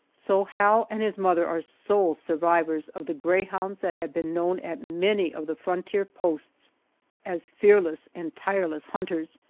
so hal and his mother are sole survivors of the greyhounds that have been known at many of the frontier posts as fearless and tireless hunters,